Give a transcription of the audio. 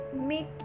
make